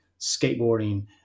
skateboarding